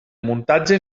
muntatge